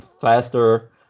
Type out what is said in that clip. faster